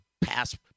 pass